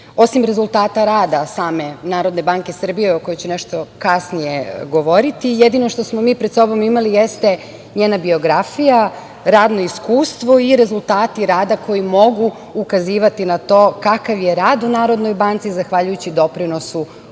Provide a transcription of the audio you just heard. osim rezultata rada same NBS, o kojoj ću nešto kasnije govoriti, jedino što smo mi pred sobom imali jeste njena biografija, radno iskustvo i rezultati rada koji mogu ukazivati na to kakav je rad u NBS, zahvaljujući doprinosu koji